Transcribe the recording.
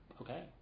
okay